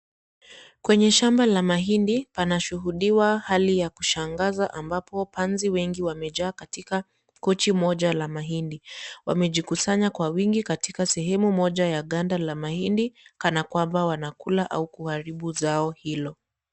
Kwenye shamba la mahindi, pana shuhudiwa hali ya kushangaza ambapo panzi wengi wamejaa katika bochi moja la mahindi. Wamejikusanya kwa wingi katika sehemu moja ya ganda la mahindi, kana kwamba wanakula au kuharibu zao hilo.